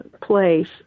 place